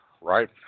Right